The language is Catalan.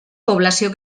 població